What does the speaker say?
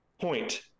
point